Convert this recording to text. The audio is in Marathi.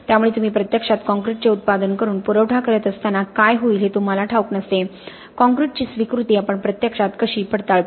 त्यामुळे तुम्ही प्रत्यक्षात काँक्रीटचे उत्पादन करून पुरवठा करत असताना काय होईल हे तुम्हाला ठाऊक नसते काँक्रिटची स्वीकृती आपण प्रत्यक्षात कशी पडताळतो